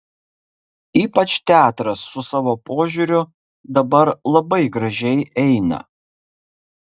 ypač teatras su savo požiūriu dabar labai gražiai eina